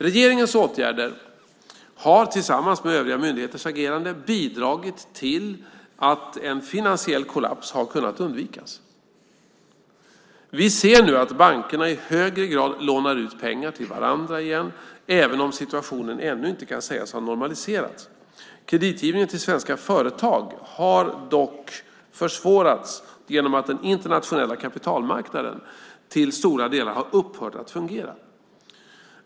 Regeringens åtgärder har, tillsammans med övriga myndigheters agerande, bidragit till att en finansiell kollaps har kunnat undvikas. Vi ser nu att bankerna i högre grad lånar ut pengar till varandra igen, även om situationen ännu inte kan sägas ha normaliserats. Kreditgivningen till svenska företag har dock försvårats genom att den internationella kapitalmarknaden till stora delar har upphört att fungera.